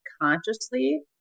consciously